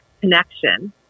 connection